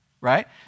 right